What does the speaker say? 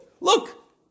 Look